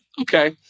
okay